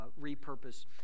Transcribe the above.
repurpose